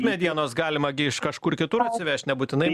medienos galima gi iš kažkur kitur atsivežt nebūtinai